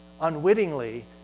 Unwittingly